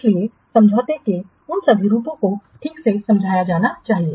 इसलिए समझौते के उन सभी रूपों को ठीक से समझाया जाना चाहिए